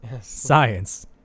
science